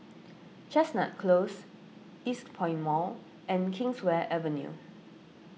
Chestnut Close Eastpoint Mall and Kingswear Avenue